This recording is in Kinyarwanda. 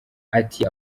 ati